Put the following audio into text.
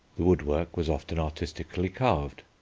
the woodwork was often artistically carved.